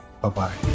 Bye-bye